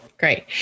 Great